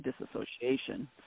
disassociation